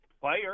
player